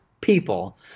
people